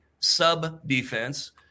sub-defense